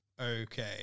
Okay